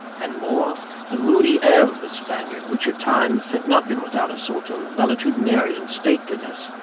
and more the moody air of the spaniard, which at times had not been without a sort of valetudinarian stateliness,